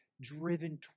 driven